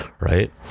right